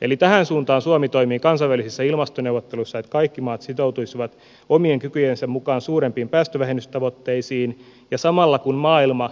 eli tähän suuntaan suomi toimii kansainvälisissä ilmastoneuvotteluissa että kaikki maat sitoutuisivat omien kykyjensä mukaan suurempiin päästövähennystavoitteisiin ja samalla kun maailma